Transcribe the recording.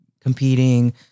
competing